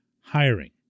hiring